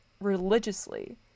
religiously